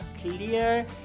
clear